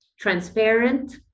transparent